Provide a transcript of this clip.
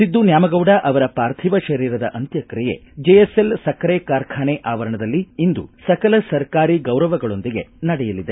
ಸಿದ್ದು ನ್ಯಾಮಗೌಡ ಅವರ ಪಾರ್ಥಿವ ಶರೀರದ ಅಂತ್ಯಕ್ಷಿಯೆ ಜೆಎಸ್ಎಲ್ ಸಕ್ಕರೆ ಕಾರ್ಖಾನೆ ಆವರಣದಲ್ಲಿ ಇಂದು ಸಕಲ ಸರ್ಕಾರಿ ಗೌರವಗಳೊಂದಿಗೆ ನಡೆಯಲಿದೆ